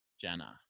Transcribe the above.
Jenna